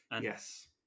Yes